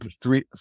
three